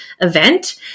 event